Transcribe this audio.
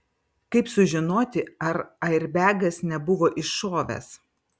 kaip sužinoti ar airbegas nebuvo iššovęs